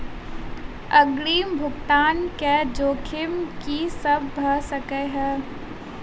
अग्रिम भुगतान केँ जोखिम की सब भऽ सकै हय?